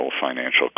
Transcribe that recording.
financial